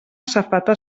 safata